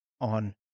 on